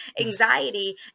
anxiety